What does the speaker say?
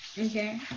Okay